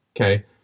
okay